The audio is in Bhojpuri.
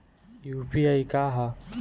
यू.पी.आई का ह?